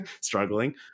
struggling